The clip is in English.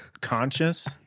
conscious